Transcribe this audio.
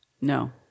No